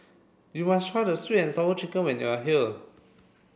you must try the sweet and sour chicken when you are here